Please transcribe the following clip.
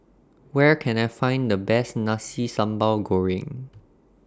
Where Can I Find The Best Nasi Sambal Goreng